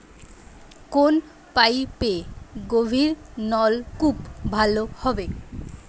কোন পাইপে গভিরনলকুপ ভালো হবে?